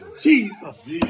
Jesus